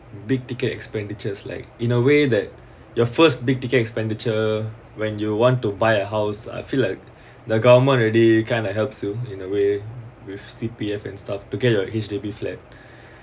big ticket expenditures like in a way that your first big ticket expenditure when you want to buy a house I feel like the government already kind of helps you in a way with C_P_F and stuff to get your H_D_B flat